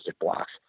blocks